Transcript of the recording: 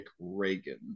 reagan